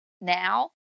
now